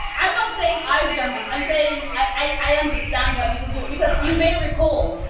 i'm not saying i've done this i'm saying i understand why people do it. because i may recall,